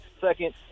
Second